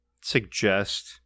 suggest